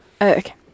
Okay